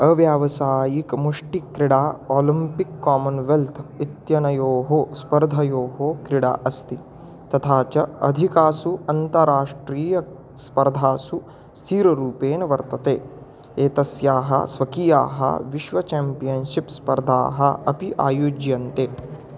अव्यावसायिक मुष्टिक्रिडा Olympic Commonwealth इत्यनयोः स्पर्धयोः क्रिडा अस्ति तथा च अधिकासु अन्तर्राष्ट्रीयस्पर्धासु स्थिररूपेण वर्तते एतस्याः स्वकीयाः विश्व चाम्पियन्शिप् स्पर्धाः अपि आयुज्यन्ते